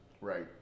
right